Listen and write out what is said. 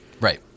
Right